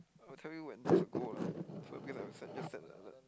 I'll tell you when there's a goal lah set just set an alert